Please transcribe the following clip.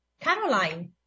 Caroline